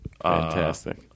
Fantastic